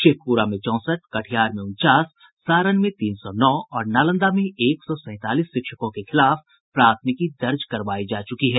शेखपुरा में चौंसठ कटिहार में उनचास सारण में तीन सौ नौ और नालंदा में एक सौ सैंतालीस शिक्षकों के खिलाफ प्राथमिकी दर्ज करवायी जा चुकी है